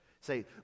say